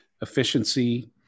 efficiency